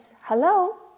hello